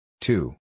Two